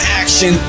action